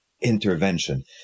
intervention